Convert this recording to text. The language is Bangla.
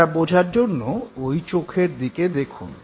এটা বোঝার জন্য ঐ চোখের দিকে দেখুন